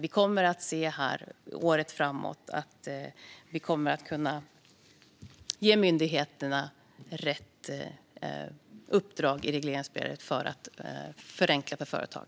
Vi kommer under det kommande året att få se rätt uppdrag i regleringsbreven till myndigheterna för att förenkla för företag.